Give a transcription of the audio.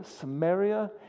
Samaria